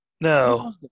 No